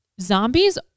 zombies